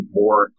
more